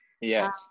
Yes